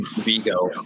Vigo